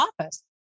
office